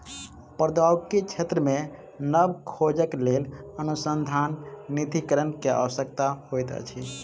प्रौद्योगिकी क्षेत्र मे नब खोजक लेल अनुसन्धान निधिकरण के आवश्यकता होइत अछि